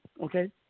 okay